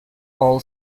all